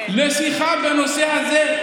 לשיחה בנושא הזה.